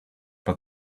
but